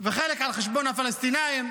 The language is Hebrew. חלק על חשבון הפלסטינים,